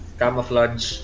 camouflage